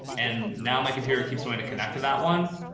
and now my computer keeps wanting to connect to that one.